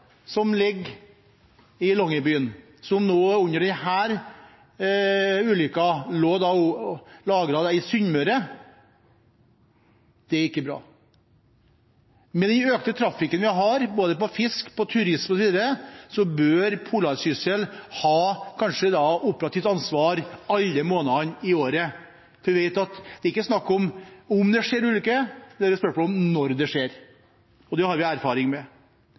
som ligger i Longyearbyen – lå under denne ulykken i opplag på Sunnmøre. Det er ikke bra. Med den økte trafikken vi har, knyttet til både fisk, turisme osv., bør «Polarsyssel» kanskje ha operativt ansvar alle månedene i året, for vi vet at det ikke er snakk om om det skjer en ulykke, det er spørsmål om når det skjer. Det har vi erfaring med.